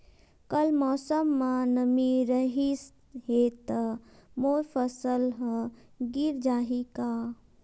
कल मौसम म नमी रहिस हे त मोर फसल ह गिर जाही का?